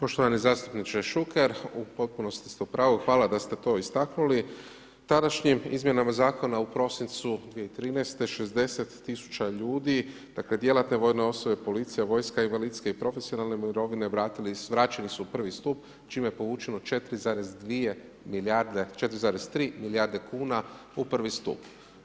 Poštovani zastupniče Šuker, u potpunosti ste u pravu, hvala da ste to istaknuli, tadašnjim izmjenama zakona, u prosincu 2013. 60 tisuća ljudi dakle, djelatne vojne osobe, policija, vojska, invalidske i profesionalne mirovine vraćene su u prvi stup, čime je povučeno 4,2 milijarde, 4,3 milijarde kuna u prvi stup.